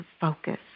focus